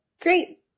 great